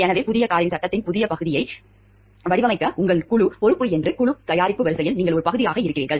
எனவே புதிய காரின் சட்டகத்தின் ஒரு பகுதியை வடிவமைக்க உங்கள் குழு பொறுப்பு என்று குழு தயாரிப்பு வரிசையில் நீங்கள் ஒரு பகுதியாக இருக்கிறீர்கள்